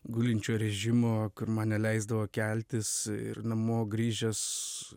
gulinčio režimo kur man neleisdavo keltis ir namo grįžęs